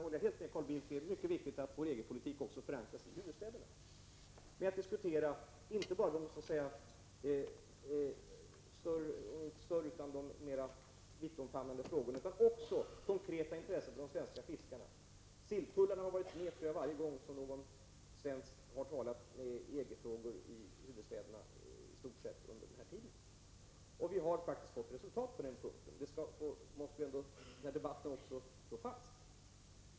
Jag håller helt med Carl Bildt om att det är mycket viktigt att vi också förankrar vår egen politik i huvudstäderna. Vi har inte bara diskuterat de större frågorna utan också konkreta intressen för de svenska fiskarna. Jag tror att silltullarna under den här tiden har varit uppe nästan varje gång någon svensk har diskuterat EG-frågor i huvudstäderna. Vi har också uppnått resultat på den punkten. Det måste ändå slås fast.